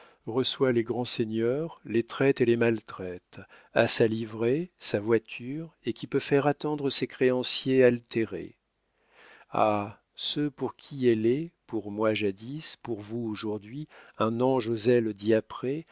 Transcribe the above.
reçoit les grands seigneurs les traite et les maltraite a sa livrée sa voiture et qui peut faire attendre ses créanciers altérés ah ceux pour qui elle est pour moi jadis pour vous aujourd'hui un ange aux ailes